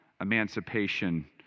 emancipation